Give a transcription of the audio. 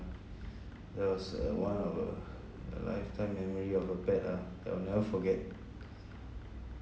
that was a one of a lifetime memory of a pet ah that I'll never forget